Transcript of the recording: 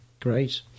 Great